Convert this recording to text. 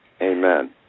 Amen